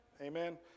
Amen